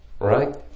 Right